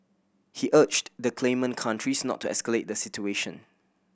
he urged the claimant countries not to escalate the situation